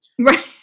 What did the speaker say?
Right